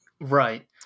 Right